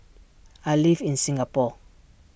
I live in Singapore